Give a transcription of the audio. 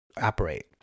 operate